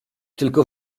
tylko